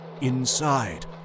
Inside